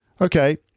Okay